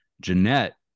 Jeanette